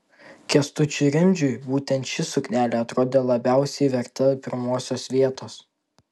kęstučiui rimdžiui būtent ši suknelė atrodė labiausiai verta pirmosios vietos